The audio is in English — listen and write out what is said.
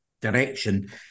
direction